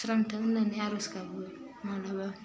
सुस्रांथों होन्नानै आर'ज गाबो मानोबा